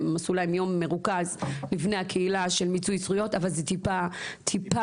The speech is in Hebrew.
הם עשו יום מרוכז לבני הקהילה של מיצוי זכויות אבל זה טיפה בים.